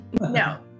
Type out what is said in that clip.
No